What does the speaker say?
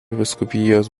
vyskupijos